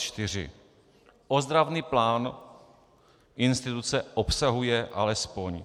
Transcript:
4: Ozdravný plán instituce obsahuje alespoň: